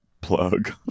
plug